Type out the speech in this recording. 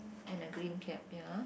and a green cap ya